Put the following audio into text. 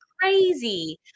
crazy